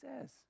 says